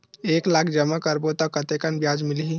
एक लाख जमा करबो त कतेकन ब्याज मिलही?